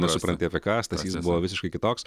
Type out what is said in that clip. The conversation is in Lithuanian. nesupranti apie ką stasys buvo visiškai kitoks